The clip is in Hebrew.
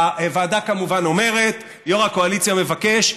הוועדה כמובן אומרת: יו"ר הקואליציה מבקש,